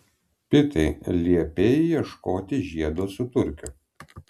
pitai liepei ieškoti žiedo su turkiu